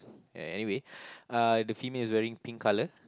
a~ anyway uh the female is wearing pink color